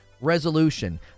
resolution